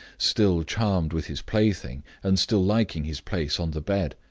still charmed with his plaything, and still liking his place on the bed.